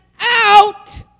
out